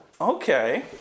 Okay